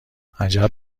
عجب